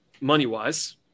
money-wise